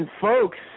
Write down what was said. folks